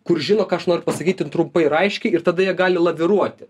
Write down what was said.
kur žino ką aš noriu pasakyti trumpai ir aiškiai ir tada jie gali laviruoti